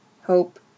hope